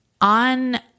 On